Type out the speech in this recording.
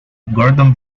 gordon